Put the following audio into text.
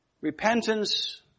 repentance